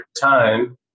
time